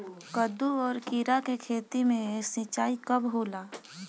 कदु और किरा के खेती में सिंचाई कब होला?